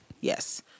Yes